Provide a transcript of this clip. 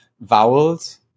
vowels